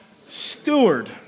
steward